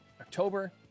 October